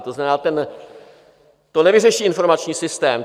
To znamená, to nevyřeší informační systém.